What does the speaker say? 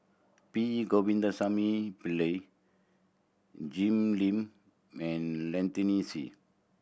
P Govindasamy Pillai Jim Lim and Lynnette Sea